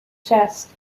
chest